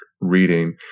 reading